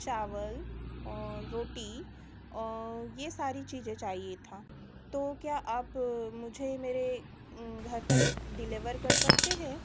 चावल और रोटी और यह सारी चीज़ें चाहिए था तो क्या आप मुझे मेरे घर तक डिलेवर कर सकते हैं